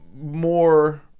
more